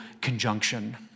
conjunction